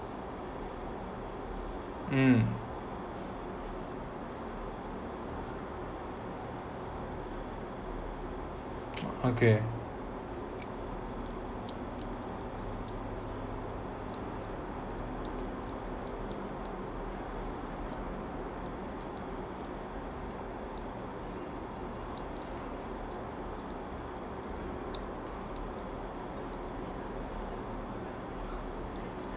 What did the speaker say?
mm okay